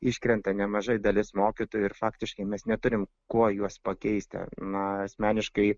iškrenta nemaža dalis mokytojų ir faktiškai mes neturim kuo juos pakeisti na asmeniškai